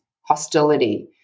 hostility